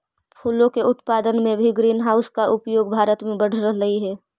फूलों के उत्पादन में भी ग्रीन हाउस का उपयोग भारत में बढ़ रहलइ हे